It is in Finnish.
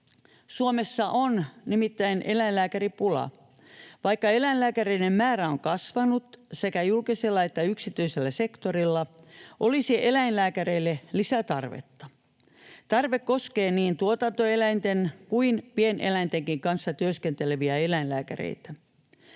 Suomessa on nimittäin eläinlääkäripula. Vaikka eläinlääkäreiden määrä on kasvanut sekä julkisella että yksityisellä sektorilla, olisi eläinlääkäreille lisätarvetta. Tarve koskee niin tuotantoeläinten kuin pieneläintenkin kanssa työskenteleviä eläinlääkäreitä.